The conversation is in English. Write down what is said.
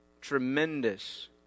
tremendous